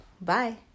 Bye